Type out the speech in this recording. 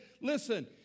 listen